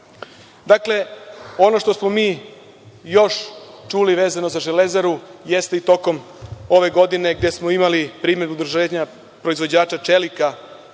evra. Dakle, ono što smo mi još čuli vezano za„Železaru“ jeste i tokom ove godine gde smo imali primedbu da udruženja proizvođača čelika